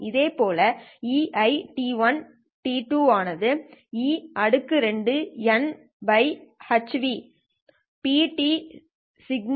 இதேபோல் EII ஆனது e2ηhν P δτehν2EPPtτ